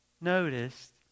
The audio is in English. noticed